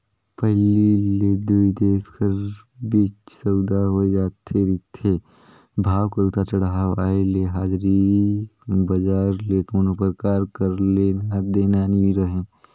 पहिली ले दुई देश कर बीच सउदा होए जाए रिथे, भाव कर उतार चढ़ाव आय ले हाजरी बजार ले कोनो परकार कर लेना देना नी रहें